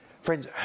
Friends